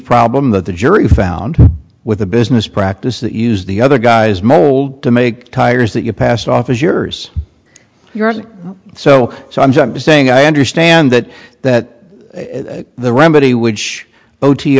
problem that the jury found with the business practice that use the other guy's mold to make tires that you passed off as yours you're so so i'm just saying i understand that that the remedy which o t